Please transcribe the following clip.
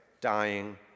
dying